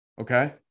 okay